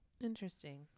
Interesting